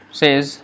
says